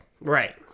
Right